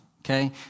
okay